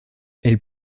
elles